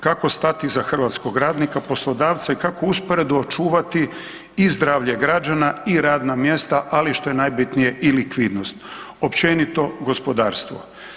Kako stati iza hrvatskog radnika, poslodavca i kako usporedo očuvati i zdravlje građana i radna mjesta, ali što je najbitnije i likvidnost, općenito gospodarstvo.